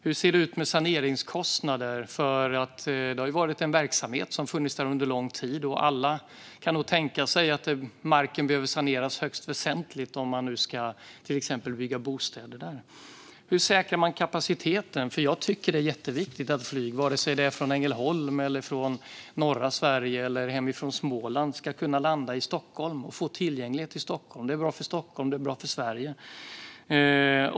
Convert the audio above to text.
Hur ser det ut med saneringskostnaderna? Det har ju funnits verksamhet där under lång tid, och alla kan nog tänka sig att marken behöver saneras högst väsentligt om man ska bygga till exempel bostäder där. Hur säkrar man kapaciteten? Jag tycker att det är jätteviktigt att flyg, vare sig det är från Ängelholm eller från norra Sverige eller från hemma i Småland, ska kunna landa i Stockholm och ha tillgänglighet till Stockholm. Det är bra för Stockholm, och det är bra för Sverige.